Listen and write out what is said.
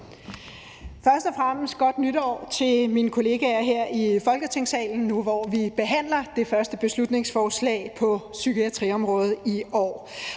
Først og fremmest godt nytår til mine kollegaer her i Folketingssalen, hvor vi behandler det første beslutningsforslag på psykiatriområdet i år,